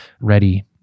ready